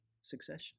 succession